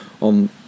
on